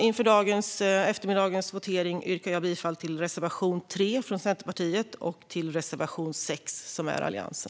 Inför eftermiddagens votering yrkar jag bifall till reservation 3 från Centerpartiet och reservation 6 från Alliansen.